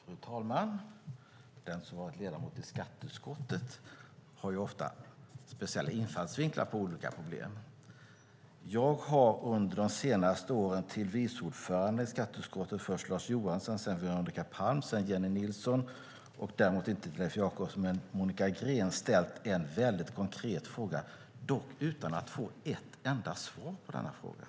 Fru talman! Den som har varit ledamot i skatteutskottet har ofta speciella infallsvinklar på olika problem. Under de senaste åren har jag ställt en mycket konkret fråga till vice ordföranden i skatteutskottet, först till Lars Johansson, sedan till Veronica Palm, sedan till Jennie Nilsson, däremot inte till Leif Jakobsson men till Monica Green. Jag har dock inte fått ett enda svar på denna fråga.